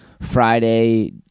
Friday